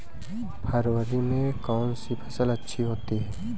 फरवरी में कौन सी फ़सल अच्छी होती है?